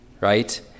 right